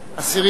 ה' בשבט התשע"א,